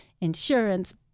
insurance